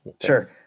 Sure